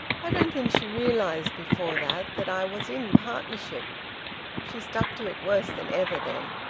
i don't think she realised, before that, that i was in partnership she stuck to it worse than ever then.